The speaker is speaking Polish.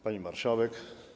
Pani Marszałek!